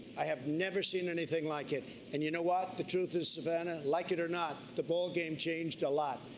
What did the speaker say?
i have never seen anything like it and you know what, the truth is, savannah, like it or not, the ball game changed a lot.